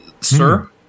sir